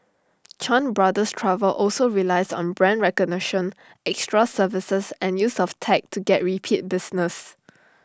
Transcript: chan brothers travel also relies on brand recognition extra services and use of tech to get repeat business